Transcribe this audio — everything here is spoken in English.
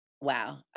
Wow